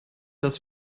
dass